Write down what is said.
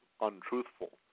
untruthful